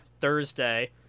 Thursday